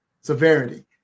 severity